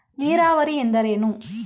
ನೀರಾವರಿ ಎಂದರೇನು?